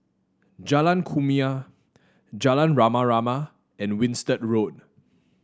Jalan Kumia Jalan Rama Rama and Winstedt Road